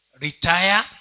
retire